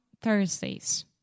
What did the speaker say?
Thursdays